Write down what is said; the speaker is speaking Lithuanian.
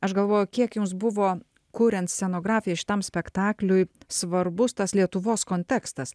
aš galvoju kiek jums buvo kuriant scenografiją šitam spektakliui svarbus tas lietuvos kontekstas